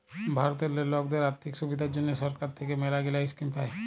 ভারতেল্লে লকদের আথ্থিক সুবিধার জ্যনহে সরকার থ্যাইকে ম্যালাগিলা ইস্কিম পায়